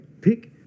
pick